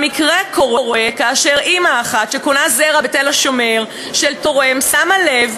וקורה מקרה שאימא אחת שקונה זרע של תורם בתל-השומר שמה לב